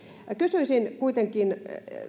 kysyisin kuitenkin